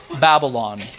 Babylon